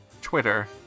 Twitter